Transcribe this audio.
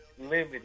limited